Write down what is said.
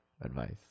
advice